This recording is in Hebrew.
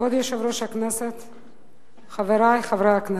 כבוד היושב-ראש, חברי חברי הכנסת,